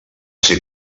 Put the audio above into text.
ser